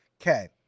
Okay